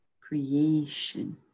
creation